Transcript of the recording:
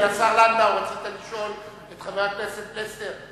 השר לנדאו, רצית לשאול את חבר הכנסת פלסנר.